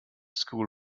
school